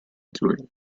doing